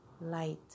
light